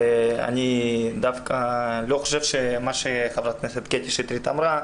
אני דווקא לא חושב שמה שחברת הכנסת קטי שטרית אמרה,